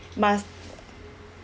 must